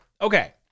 Okay